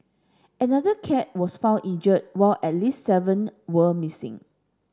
another cat was found injured while at least seven were missing